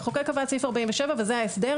המחוקק קבע את סעיף 47, וזה ההסדר.